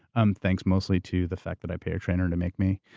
um thanks mostly to the fact that i pay a trainer to make me.